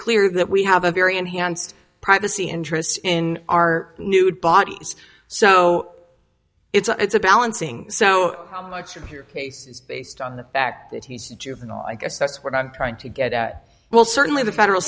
clear that we have a very enhanced privacy interests in our nude bodies so it's a it's a balancing so how much of your case is based on the fact that he's a juvenile i guess that's what i'm trying to get at will certainly the federal